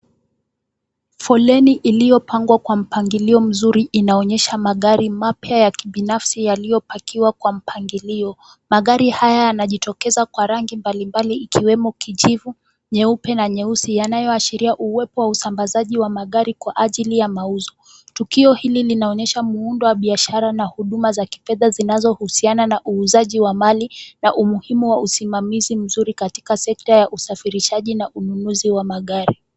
Foleni iliyopangwa kwa mpangilio mzuri inaonyesha magari mapya ya kibinafsi yaliyopakiwa kwa mpangilio. Magari haya yanajitokeza kwa rangi mbalimbali ikiwemo kijivu, nyeupe, na nyeusi yanayoashiria uwepo wa usambazaji wa magari kwa ajili ya mauzo. Tukio hili linaonyesha muundo wa biashara na huduma za kifedha zinazohusiana na uuzaji wa mali na umuhimu wa usimamizi mzuri katika sekta ya usafirishaji na ununuzi wa magari.